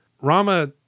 Rama